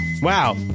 Wow